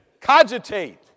cogitate